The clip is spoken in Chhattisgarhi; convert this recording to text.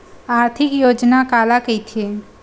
आर्थिक योजना काला कइथे?